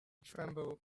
tremble